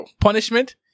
punishment